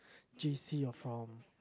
J_C you're from